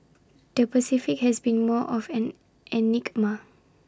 the Pacific has been more of an enigma